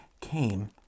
came